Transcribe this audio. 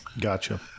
gotcha